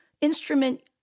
instrument